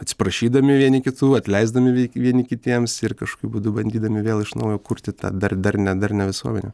atsiprašydami vieni kitų atleisdami vieni vieni kitiems ir kažkokiu būdu bandydami vėl iš naujo kurti tą dar darnią darnią visuomenę